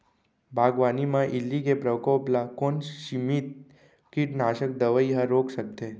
बागवानी म इल्ली के प्रकोप ल कोन सीमित कीटनाशक दवई ह रोक सकथे?